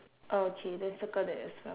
okay then circle that as well